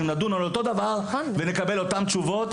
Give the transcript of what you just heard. נדון על אותו דבר ונקבל את אותן התשובות.